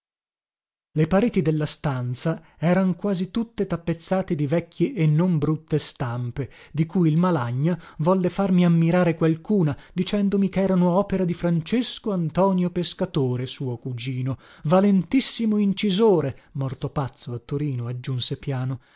le pareti della stanza eran quasi tutte tappezzate di vecchie e non brutte stampe di cui il malagna volle farmi ammirare qualcuna dicendomi cherano opera di francesco antonio pescatore suo cugino valentissimo incisore morto pazzo a torino aggiunse piano